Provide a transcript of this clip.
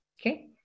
okay